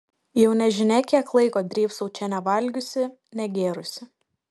jau nežinia kiek laiko drybsau čia nevalgiusi negėrusi